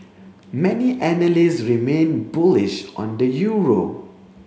many analysts remain bullish on the euro